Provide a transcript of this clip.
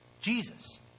Jesus